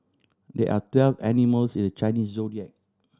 there are twelve animals in the Chinese Zodiac